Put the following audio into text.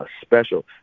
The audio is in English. special